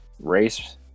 race